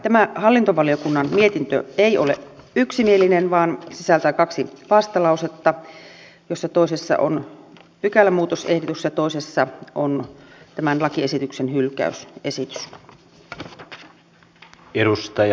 tämä hallintovaliokunnan mietintö ei ole yksimielinen vaan sisältää kaksi vastalausetta joista toisessa on pykälämuutosehdotus ja toisessa on tämän lakiesityksen hylkäysesitys